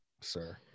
sir